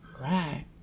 Right